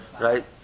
right